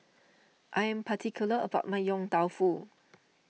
I am particular about my Yong Tau Foo